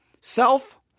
self